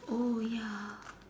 oh ya